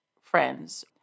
friends